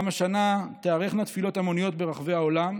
גם השנה תיערכנה תפילות המוניות ברחבי העולם.